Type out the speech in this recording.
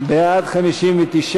לא נתקבלה.